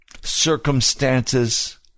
circumstances